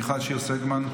מיכל שיר סגמן,